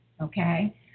okay